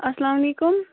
اَسلامُ علیکُم